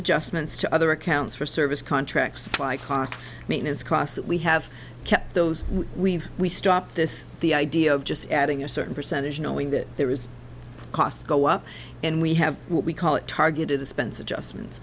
adjustments to other accounts for service contracts like cost maintenance cost that we have kept those we've we stop this the idea of just adding a certain percentage knowing that there is costs go up and we have what we call it targeted the spends adjustments